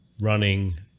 running